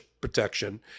protection